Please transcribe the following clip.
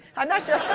i'm not sure,